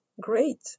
Great